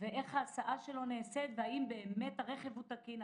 להסעה ואיך ההסעה שלו נעשית והאם באמת הרכב תקין,